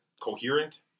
coherent